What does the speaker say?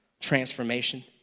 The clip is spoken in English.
transformation